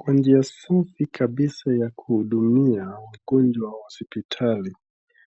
Kwenye ofisi kabisa ya kuhudumia wagonjwa hospitali,